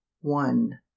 one